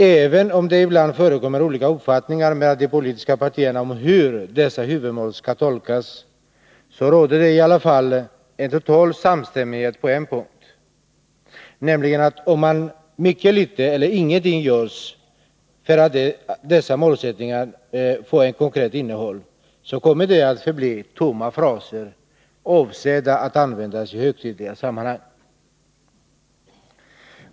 Även om det ibland förekommer olika uppfattningar mellan de politiska partierna om hur dessa huvudmål skall tolkas, råder det i alla fall total samstämmighet på en punkt, nämligen att om mycket litet eller ingenting görs för att ge dessa målsättningar ett konkret innehåll, så kommer de att förbli tomma fraser, avsedda att användas i högtidliga sammanhang.